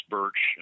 Birch